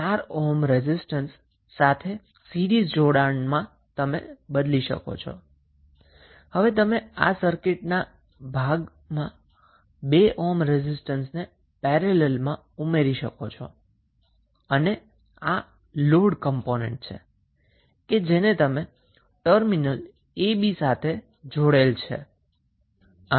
પછી તમે 2 ohm resistance જે ફરીથી પેરેલલમાં સર્કિટનો ભાગ છે તમે તેને ઉમેરી શકો છો અને આ લોડ કમ્પોનન્ટ છે જેને તમે ટર્મિનલ a b સાથે જોડેલ છે